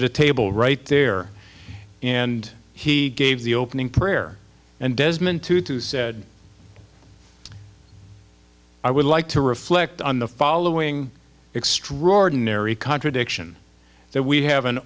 at a table right there and he gave the opening prayer and desmond tutu said i would like to reflect on the following extraordinary contradiction that we have an